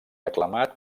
aclamat